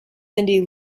cindy